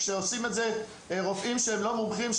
כשעושים את זה רופאים שהם לא מומחים,